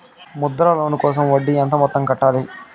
Mudra loan కోసం వడ్డీ ఎంత మొత్తం కట్టాలి